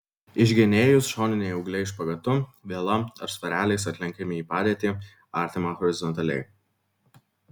išgenėjus šoniniai ūgliai špagatu viela ar svareliais atlenkiami į padėtį artimą horizontaliai